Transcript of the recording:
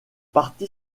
partie